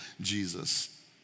Jesus